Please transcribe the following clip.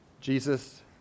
Jesus